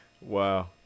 wow